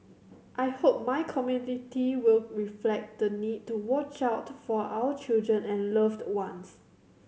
i hope my community will reflect the need to watch out for our children and loved ones